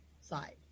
side